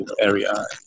area